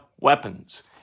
weapons